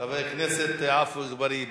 חבר הכנסת עפו אגבאריה,